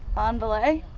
on belay?